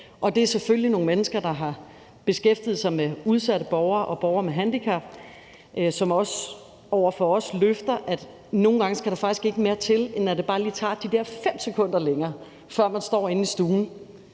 og det er selvfølgelig nogle mennesker, der har beskæftiget sig med udsatte borgere og borgere med handicap, som også over for os løfter, at der nogle gange faktisk ikke skal mere til, end at det bare lige tager de der 5 sekunder længere, før man står inde i stuen.